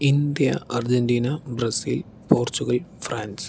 India Argentina Brazil Portugal France